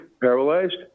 paralyzed